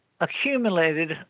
accumulated